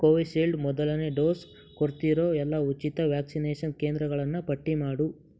Covishield ಮೊದಲನೇ dose ಕೊಡ್ತಿರೋ ಎಲ್ಲ ಉಚಿತ ವ್ಯಾಕ್ಸಿನೇಷನ್ ಕೇಂದ್ರಗಳನ್ನು ಪಟ್ಟಿ ಮಾಡು